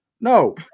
No